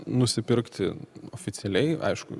nusipirkti oficialiai aišku